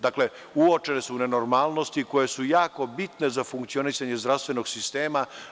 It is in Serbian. Dakle, uočene su nenormalnosti koje su jako bitne za funkcionisanje zdravstvenog sistema.